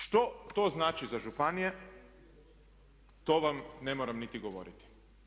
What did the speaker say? Što to znači za županije to vam ne moram niti govoriti.